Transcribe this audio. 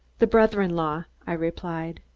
the brother-in-law, i replied.